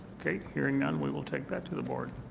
hearing none, we will take that to the board.